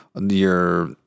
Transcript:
your-